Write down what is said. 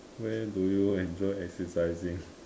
where do you enjoy exercising